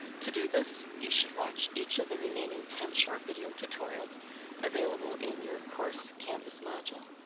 to do this, you should watch each of the remaining ten short video tutorials available in your course canvas module.